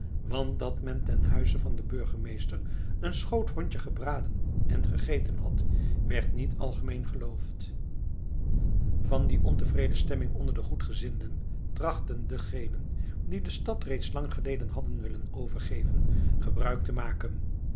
want dat men ten huize van den burgemeester een schoothondje gebraden en gegeten had werd niet algemeen geloofd van die ontevreden stemming onder de goedgezinden trachtten degenen die de stad reeds lang geleden hadden willen overgeven gebruik te maken